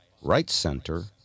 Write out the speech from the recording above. right-center